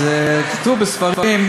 אז כתוב בספרים,